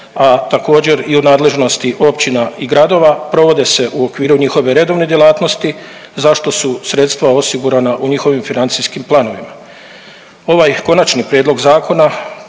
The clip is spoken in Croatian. a također i u nadležnosti općina i gradova provode se u okviru njihove redovne djelatnosti zašto su sredstva osigurana u njihovim financijskim planovima. Ovaj konačni prijedlog zakona